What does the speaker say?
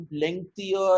lengthier